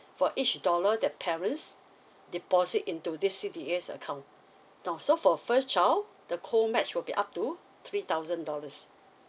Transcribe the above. for each dollar that parents deposit into this C_D_A account now so for first child the co match will be up to three thousand dollars